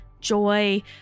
joy